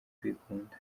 kwikunda